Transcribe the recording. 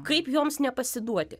kaip joms nepasiduoti